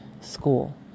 school